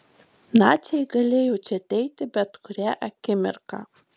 naciai galėjo čia ateiti bet kurią akimirką